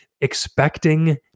expecting